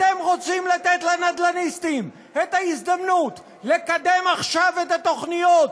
אתם רוצים לתת לנדל"ניסטים את ההזדמנות לקדם עכשיו את התוכניות,